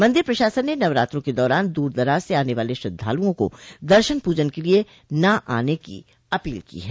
मंदिर प्रशासन ने नवरात्रों के दौरान दूर दराज से आने वाले श्रद्धालुओं को दर्शन पूजन के लिये न आने की अपील की है